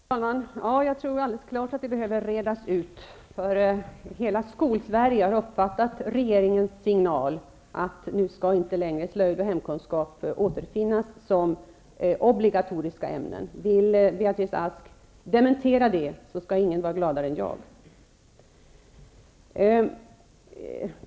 Herr talman! Jag tror verkligen att den behöver redas ut. Hela Skolsverige har uppfattat regeringens signal att slöjd och hemkunskap inte längre skall återfinnas som obligatoriska ämnen. Vill Beatrice Ask dementera det, skall ingen bli gladare än jag.